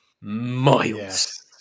miles